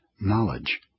knowledge